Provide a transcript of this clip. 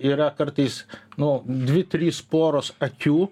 yra kartais nu dvi trys poros akių